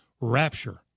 rapture